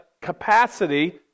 capacity